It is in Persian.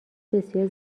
بسیار